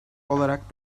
olarak